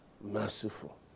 merciful